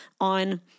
on